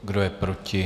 Kdo je proti?